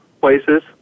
places